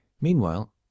Meanwhile